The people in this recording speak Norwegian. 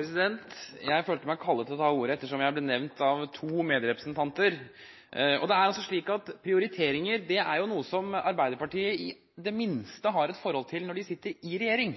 skolene. Jeg følte meg kallet til å ta ordet ettersom jeg ble nevnt av to medrepresentanter. Prioriteringer er noe som Arbeiderpartiet i det minste har et forhold til når de sitter i regjering.